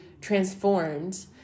transformed